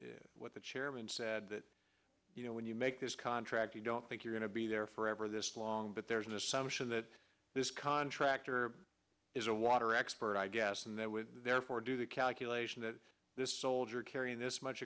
the chairman said that when you make this contract you don't think you're going to be there forever this long but there's an assumption that this contractor is a water expert i guess and they would therefore do the calculation that this soldier carrying this much